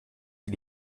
die